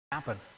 happen